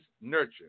nurture